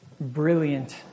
brilliant